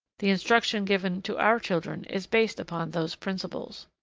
the instruction given to our children is based upon those principles.